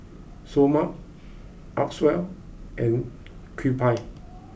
Seoul Mart Acwell and Kewpie